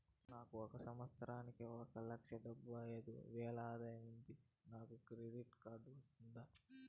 నాకు ఒక సంవత్సరానికి ఒక లక్ష డెబ్బై అయిదు వేలు ఆదాయం ఉంది నాకు క్రెడిట్ కార్డు వస్తుందా?